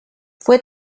fue